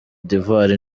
d’ivoire